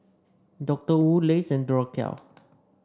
Doctor Wu Lays Duracell